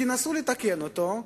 תנסו לתקן אותו,